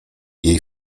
jej